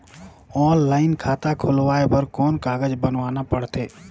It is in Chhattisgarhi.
ऑनलाइन खाता खुलवाय बर कौन कागज बनवाना पड़थे?